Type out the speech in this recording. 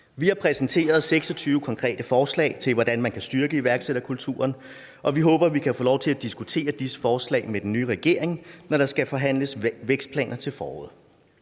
Vi har præsenteret 26 konkrete forslag til, hvordan man kan styrke iværksætterkulturen, og vi håber, at vi kan få lov til at diskutere disse forslag med den nye regering, når der skal forhandles vækstplan til foråret.